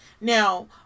Now